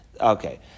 Okay